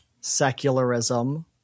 secularism